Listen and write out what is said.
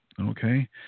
Okay